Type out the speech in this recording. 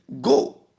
go